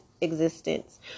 existence